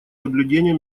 соблюдения